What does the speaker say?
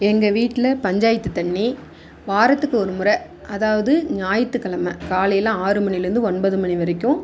எங்கள் வீட்டில் பஞ்சாயத்து தண்ணி வாரத்துக்கு ஒரு முறை அதாவது ஞாயிற்றுக்கெழம காலையில் ஆறு மணிலேருந்து ஒன்பது மணி வரைக்கும்